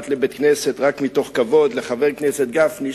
לבית-הכנסת רק מתוך כבוד לחבר הכנסת גפני,